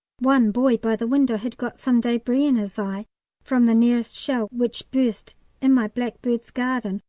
one boy by the window had got some debris in his eye from the nearest shell, which burst in my blackbird's garden,